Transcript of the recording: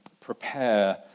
prepare